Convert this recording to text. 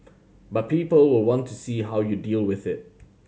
but people will want to see how you deal with it